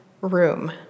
room